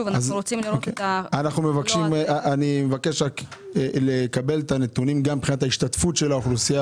אני מבקש לקבל את הנתונים מבחינת השתתפות האוכלוסייה